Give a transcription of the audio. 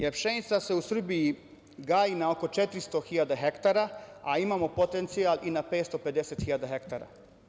Jer, pšenica se u Srbiji gaji na oko 400 hiljada hektara, a imamo potencijal i na 550 hiljada hektara.